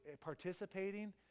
participating